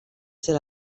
ser